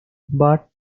but